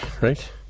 right